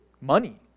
money